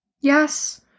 Yes